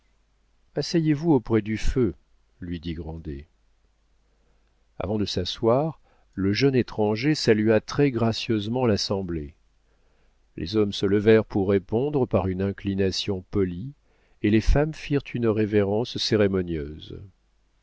asseyez-vous auprès du feu lui dit grandet avant de s'asseoir le jeune étranger salua très gracieusement l'assemblée les hommes se levèrent pour répondre par une inclination polie et les femmes firent une révérence cérémonieuse